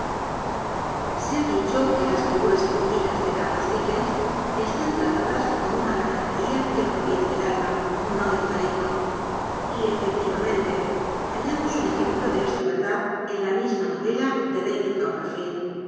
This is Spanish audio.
se ha dicho que las figuras femeninas de cárlos dickens esllln tratadas con una galantería que proriene del alma no del talento y efectivamente hallamos un ejemplo ele esla verdad en la misma noi'ela de david